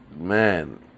man